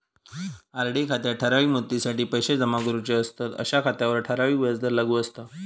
RD खात्यात ठराविक मुदतीसाठी पैशे जमा करूचे असतंत अशा खात्यांवर ठराविक व्याजदर लागू असता